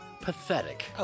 pathetic